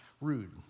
rude